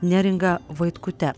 neringa vaitkute